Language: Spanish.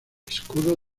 escudo